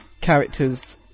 characters